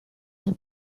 del